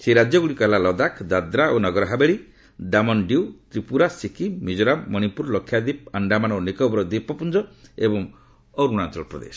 ଏଗୁଡ଼ିକ ହେଲା ଲଦାଖ ଦାଦ୍ରା ଓ ନଗରହାବେଳି ଦାମନ୍ତିଉ ତ୍ରିପୁରା ସିକିମ୍ ମିଜୋରାମ ମଣିପୁର ଲକ୍ଷାଦୀପ ଆଣ୍ଡାମାନ ଓ ନିକୋବର ଦ୍ୱୀପପ୍ତଞ୍ଜ ଏବଂ ଅରୁଣାଚଳ ପ୍ରଦେଶ